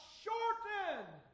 shortened